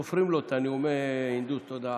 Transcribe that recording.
אנחנו סופרים לו את נאומי הנדוס התודעה.